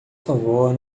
favor